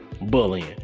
bullying